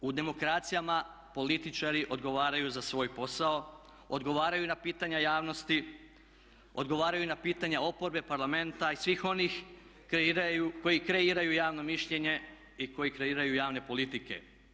U demokracijama političari odgovaraju za svoj posao, odgovaraju na pitanja javnosti, odgovaraju na pitanja oporbe, Parlamenta i svih onih koji kreiraju javno mišljenje i koji kreiraju javne politike.